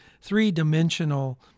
three-dimensional